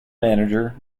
manager